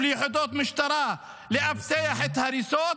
ליחידות משטרה לאבטח את ההריסות,